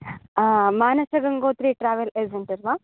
Manasagangotri travel agent वा